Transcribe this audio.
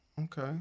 Okay